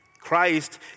Christ